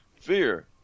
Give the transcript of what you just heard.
fear